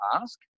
ask